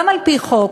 גם על-פי חוק,